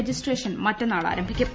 registration മറ്റന്നാൾ ആരംഭിക്കും